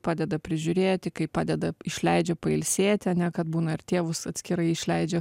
padeda prižiūrėti kai padeda išleidžia pailsėti ane kad būna ir tėvus atskirai išleidžia